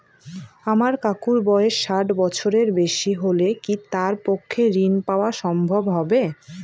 আমার কাকুর বয়স ষাট বছরের বেশি হলে কি তার পক্ষে ঋণ পাওয়া সম্ভব হবে?